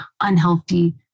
unhealthy